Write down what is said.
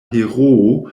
heroo